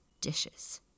dishes